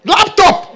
Laptop